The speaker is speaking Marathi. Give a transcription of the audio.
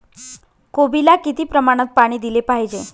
कोबीला किती प्रमाणात पाणी दिले पाहिजे?